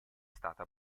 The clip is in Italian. stata